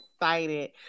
excited